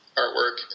artwork